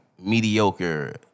mediocre